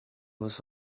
was